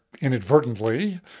inadvertently